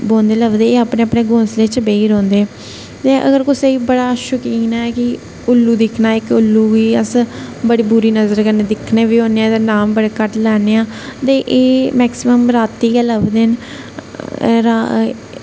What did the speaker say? बौंहदे लभदे एह् अपने अपने घोसंले च बेही रौंहदे ते अगर कुसेगी बड़ा शौकीन ऐ कि उल्लू दिक्खना इक उल्लू गी अस बड़ी बुरी नजर कन्नै दिक्खने बी होन्ने ते एहदा नांम बी बड़ा घट्ट लैन्ने आं ते एह् मैक्सीमम राती गै लभदे ना रात